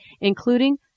including